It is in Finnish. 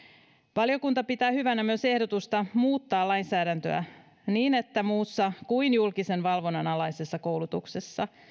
valiokunta pitää hyvänä myös ehdotusta muuttaa lainsäädäntöä niin että muussa kuin julkisen valvonnan alaisessa koulutuksessa